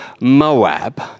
Moab